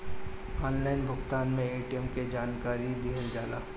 Online भुगतान में ATM के जानकारी दिहल जाला?